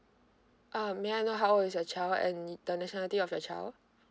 um may I know how old is your child and the nationality of your child